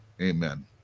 Amen